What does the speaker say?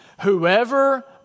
Whoever